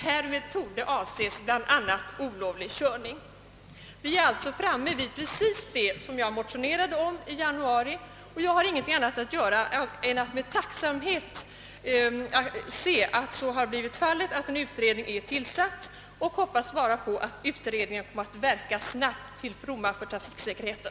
Härmed torde avses bl.a. olovlig körning.» Vi är alltså framme vid precis det som jag motionerade om i januari, och jag kan därför inte annat än med tacksamhet notera att en utredning är tillsatt. Jag hoppas nu bara att utredningen kommer att verka snabbt till fromma för trafiksäkerheten.